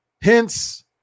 Hence